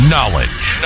Knowledge